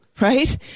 right